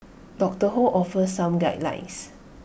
doctor ho offers some guidelines